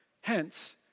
hence